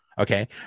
Okay